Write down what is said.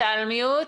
אתה על מיוט.